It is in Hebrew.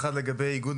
לגבי איגוד